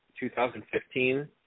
2015